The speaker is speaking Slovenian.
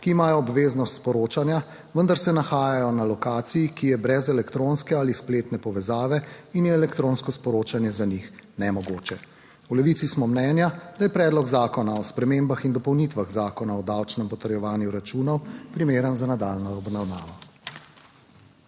ki imajo obveznost sporočanja, vendar se nahajajo na lokaciji, ki je brez elektronske ali spletne povezave in je elektronsko sporočanje za njih nemogoče. V Levici smo mnenja, da je Predlog zakona o spremembah in dopolnitvah Zakona o davčnem potrjevanju računov primeren za nadaljnjo obravnavo.